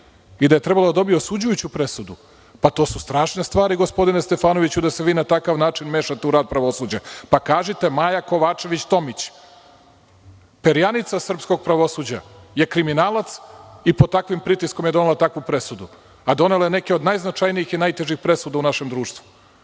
i da je trebalo da dobije osuđujuću presudu? To su strašne stvari, gospodine Stefanoviću, da se vi na takav način mešate u rad pravosuđa, pa kažite, Maja Kovačević Tomić, perjanica srpskog pravosuđa je kriminalac i pod takvim pritiskom je donela takvu presudu, a donela je neke od najznačajnijih i najtežih presuda u našem društvu,